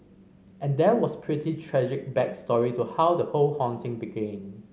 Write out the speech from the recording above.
and there was pretty tragic back story to how the whole haunting began